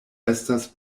estas